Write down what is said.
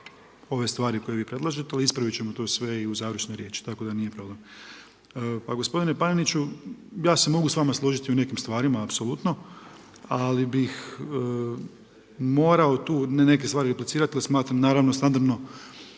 ove stvari koje vi predlažete ali ispravit ćemo to sve i u završnoj riječi, tako da nije problem. Pa gospodine Paneniću, ja se mogu s vama složiti u nekim stvarima apsolutno ali bih moram tu ne neke stvari replicirati jer smatram naravno standardno,